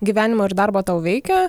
gyvenimo ir darbo tau veikia